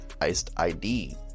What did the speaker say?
IcedID